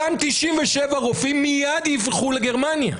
אותם 97 רופאים מייד יברחו לגרמניה,